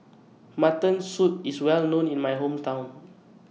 Mutton Soup IS Well known in My Hometown